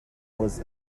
was